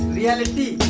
reality